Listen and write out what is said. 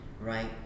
right